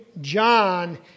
John